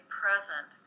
present